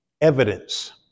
Evidence